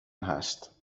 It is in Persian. هست